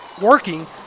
working